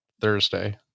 Thursday